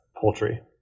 poultry